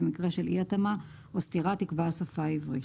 במקרה של אי התאמה או סתירה, תקבע השפה העברית.